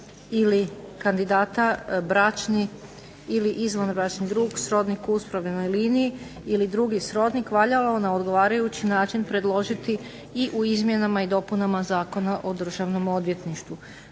ili kandidata bračni ili izvanbračni drug, srodnik u ... liniji ili drugi srodnik valjalo na odgovarajući način predložiti i u izmjenama i dopunama Zakona o Državnom odvjetništvu.